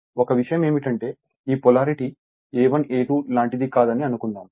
కాబట్టి ఒక విషయం ఏమిటంటే ఈ పొలారిటీ a1 a2 లాంటిది కాదని అనుకుందాం